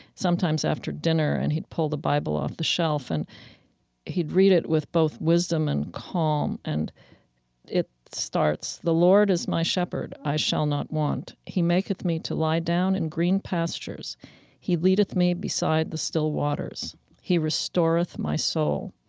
sometimes after dinner. and he'd pull the bible off the shelf and he'd read it with both wisdom and calm. and it starts the lord is my shepherd i shall not want. he maketh me to lie down in green pastures he leadeth me beside the still waters he restoreth my soul.